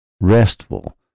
restful